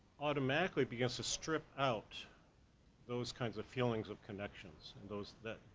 automatically begins to strip out those kinds of feelings of connections, and those that,